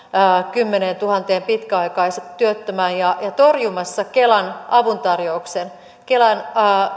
kymmeneentuhanteen pitkäaikaistyöttömään ja torjumassa kelan avuntarjouksen